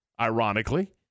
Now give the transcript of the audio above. ironically